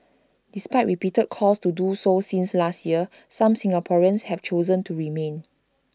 despite repeated calls to do so since last year some Singaporeans have chosen to remain